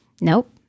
Nope